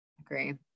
Agree